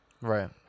Right